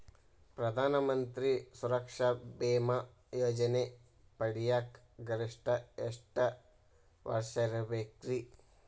ಪ್ರಧಾನ ಮಂತ್ರಿ ಸುರಕ್ಷಾ ಭೇಮಾ ಯೋಜನೆ ಪಡಿಯಾಕ್ ಗರಿಷ್ಠ ಎಷ್ಟ ವರ್ಷ ಇರ್ಬೇಕ್ರಿ?